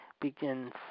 begins